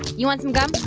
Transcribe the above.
you want some gum?